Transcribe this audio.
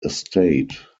estate